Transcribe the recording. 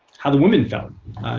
how the women felt.